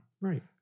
Right